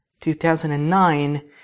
2009